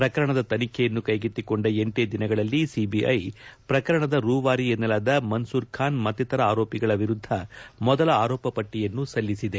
ಪ್ರಕರಣದ ತನಿಖೆಯನ್ನು ಕೈಗೆತ್ತಿಕೊಂಡ ಎಂಟೇ ದಿನಗಳಲ್ಲಿ ಸಿಬಿಐ ಪ್ರಕರಣದ ರೂವಾರಿ ಎನ್ನಲಾದ ಮನ್ನೂರ್ ಖಾನ್ ಮತ್ತಿತರ ಆರೋಪಿಗಳ ವಿರುದ್ಧ ಮೊದಲ ಆರೋಪಪಟ್ಟಿಯನ್ನು ಸಲ್ಲಿಸಿದೆ